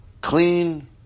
clean